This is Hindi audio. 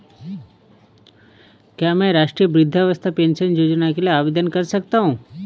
क्या मैं राष्ट्रीय वृद्धावस्था पेंशन योजना के लिए आवेदन कर सकता हूँ?